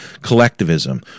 collectivism